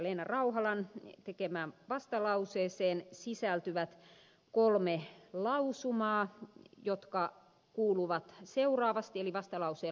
leena rauhalan tekemään vastalauseeseen sisältyvät kolme lausumaa jotka kuuluvat seuraavasti eli vastalauseen lausumaehdotukset